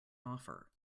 offer